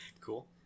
Cool